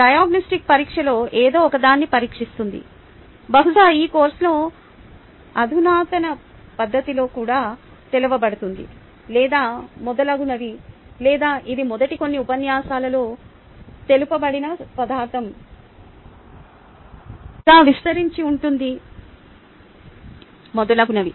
diagnostic పరీక్షలో ఏదో ఒకదాన్ని పరీక్షిస్తుంది బహుశా ఈ కోర్సులో అధునాతన పద్ధతిలో కూడా తెలుపబడుతోంది లేదా మొదలగునవి లేదా ఇది మొదటి కొన్ని ఉపన్యాసాలలో తెలుపబడిన పదార్థం కొద్దిగా విస్తరించి ఉంటుంది మొదలగునవి